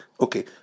Okay